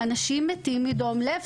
אנשים צעירים מתים מדום לב.